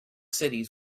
cities